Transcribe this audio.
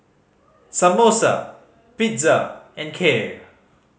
Samosa Pizza and Kheer